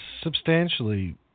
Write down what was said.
substantially